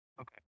Okay